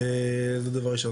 זה דבר ראשון,